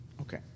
Okay